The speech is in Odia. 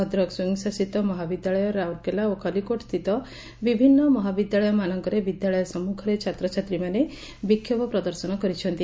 ଭଦ୍କ ସ୍ୱୟଂଶାସିତ ମହାବିଦ୍ୟଳୟ ରାଉରକେଲା ଓ ଖଲିକୋଟସ୍ସିତ ବିଭିନ୍ନ ମହାବିଦ୍ୟାଳୟ ମାନଙ୍କରେ ବିଦ୍ୟାଳୟ ସମ୍ମୁଖରେ ଛାତ୍ରଛାତ୍ରୀମାନେ ବିକ୍ଷୋଭ ପ୍ରଦର୍ଶନ କରିଛନ୍ତି